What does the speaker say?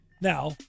Now